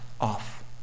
off